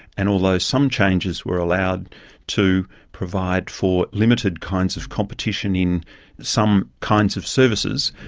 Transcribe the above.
and although some changes were allowed to provide for limited kinds of competition in some kinds of services,